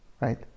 right